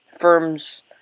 firms